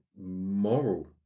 moral